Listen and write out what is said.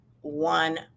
one